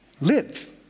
live